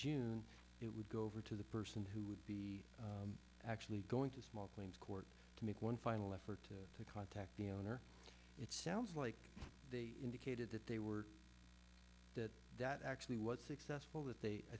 june it would go over to the person who would be actually going to small claims court to make one final effort to contact the owner it sounds like they indicated that they were that that actually was successful that they i